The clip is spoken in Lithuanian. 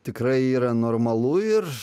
tikrai yra normalu ir